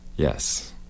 Yes